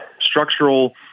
structural